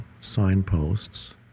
signposts